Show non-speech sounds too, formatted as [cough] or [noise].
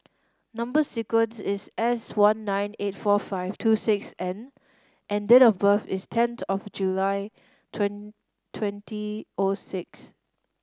number sequence is S one nine eight four five two six N and date of birth is tenth of July [unintelligible] twenty O six